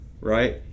right